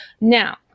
now